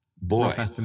Boy